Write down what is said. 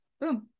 Boom